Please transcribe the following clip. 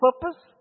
purpose